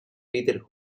peter